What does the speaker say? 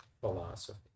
philosophy